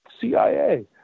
CIA